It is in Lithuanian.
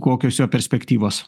kokios jo perspektyvos